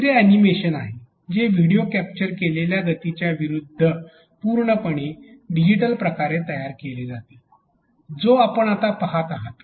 तिसरे अॅनिमेशन आहे जे व्हिडिओ कॅप्चर केलेल्या गतीच्या विरूद्ध पूर्णपणे डिजिटल प्रकारे तयार केले गेले जाते जो आपण आता पहात आहात